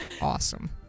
awesome